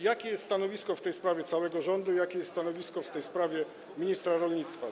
Jakie jest stanowisko w tej sprawie całego rządu i jakie jest stanowisko w tej sprawie ministra rolnictwa?